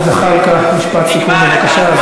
חבר הכנסת זחאלקה, משפט סיכום, בבקשה.